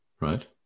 Right